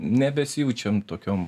nebesijaučiam tokiom